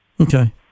Okay